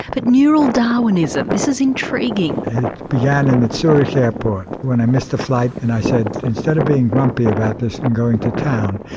but neural darwinism this is intriguing. it began in the zurich airport when i missed a flight and i said instead of being grumpy about this and going to town,